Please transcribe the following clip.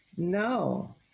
No